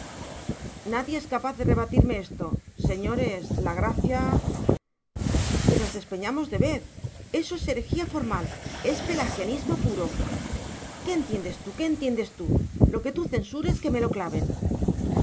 nadie es capaz de rebatirme esto señores la gracia que nos despeñamos de vez eso es herejía formal es pelagianismo puro qué entiendes tú qué entiendes tú lo que tú censures que me lo claven